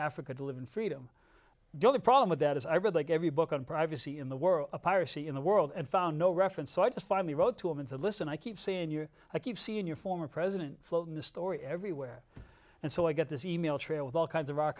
africa to live in freedom though the problem with that is i read like every book on privacy in the world piracy in the world and found no reference so i just finally wrote to him and said listen i keep saying your i keep seeing your former president floating the story everywhere and so i get this e mail trail with all kinds of